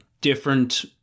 different